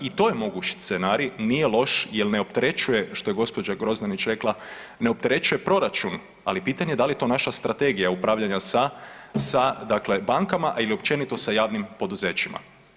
I to je moguć scenarij, nije loš jer ne opterećuje što je gospođa Grozdanić rekla ne opterećuje proračun, ali pitanje je da li je to naša strategija upravljanja sa bankama ili općenito sa javnim poduzećima.